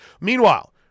Meanwhile